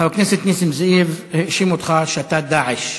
חבר הכנסת נסים זאב האשים אותך שאתה "דאעש".